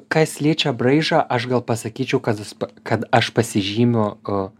kas liečia braižą aš gal pasakyčiau kad kad aš pasižymiu